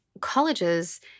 colleges